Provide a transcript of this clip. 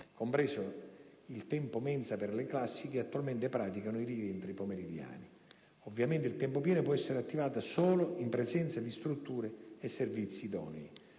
(compreso il tempo mensa per le classi che attualmente praticano i rientri pomeridiani). Ovviamente, il tempo pieno può essere attivato solo in presenza di strutture e servizi idonei.